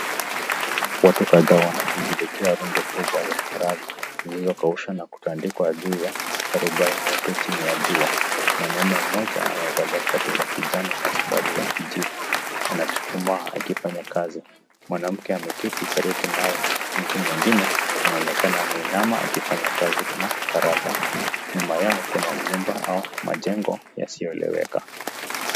Watu kadhaa wanashughulikia rundo kubwa la karanga, zilizokaushwa na kutandikwa juu ya tarubai nyeupe chini ya jua. Mwanaume mmoja aliyevaa shati ya kijani na suruali ya kijivu, anachuchumaa akifanya kazi. Mwanamke ameketi karibu naye, mtu mwingine anaonekana ameinama akifanya kazi na karanga. Nyuma yao kuna nyumba au majengo yasiyoeleweka.